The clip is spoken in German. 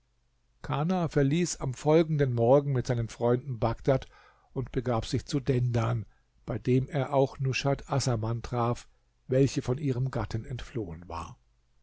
kana verließ am folgenden morgen mit seinen freunden bagdad und begab sich zu dendan bei dem er auch nushat assaman traf welche von ihrem gatten entflohen war